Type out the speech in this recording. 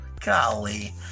Golly